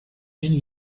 many